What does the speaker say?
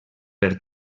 per